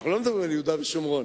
אנחנו לא מדברים ביהודה ושומרון,